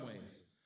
ways